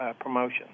promotion